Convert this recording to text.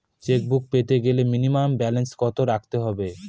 Chequebook পেতে গেলে minimum balance কত রাখতে হবে?